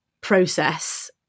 process